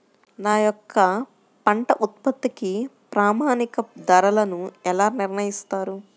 మా యొక్క పంట ఉత్పత్తికి ప్రామాణిక ధరలను ఎలా నిర్ణయిస్తారు?